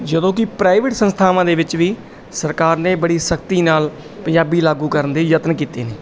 ਜਦੋਂ ਕਿ ਪ੍ਰਾਈਵੇਟ ਸੰਸਥਾਵਾਂ ਦੇ ਵਿੱਚ ਵੀ ਸਰਕਾਰ ਨੇ ਬੜੀ ਸਖਤੀ ਨਾਲ ਪੰਜਾਬੀ ਲਾਗੂ ਕਰਨ ਦੇ ਯਤਨ ਕੀਤੇ ਨੇ